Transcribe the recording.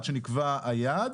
עד שנקבע היעד,